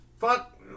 Fuck